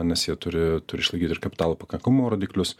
nes jie turi turi išlaikyt ir kapitalo pakankamumo rodiklius